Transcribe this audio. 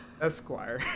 Esquire